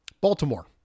Baltimore